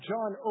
John